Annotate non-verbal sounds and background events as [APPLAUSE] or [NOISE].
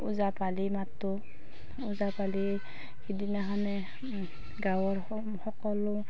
ওজাপালি মাতোঁ ওজাপালি সিদিনাখনে [UNINTELLIGIBLE] গাঁৱৰ সকলো